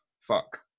fuck